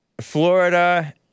Florida